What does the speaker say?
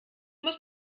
muss